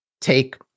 Take